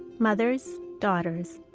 mothers, daughters,